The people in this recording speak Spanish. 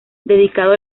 dedicado